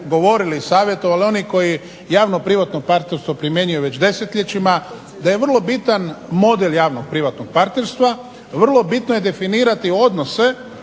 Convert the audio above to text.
govorili savjetovali oni koji javno privatno partnerstvo primjenjuju već desetljećima, da je vrlo bitan model javno privatnog partnerstva, vrlo bitno je definirati odnose